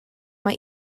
mae